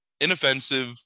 inoffensive